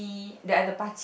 the other party